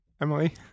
Emily